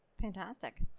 Fantastic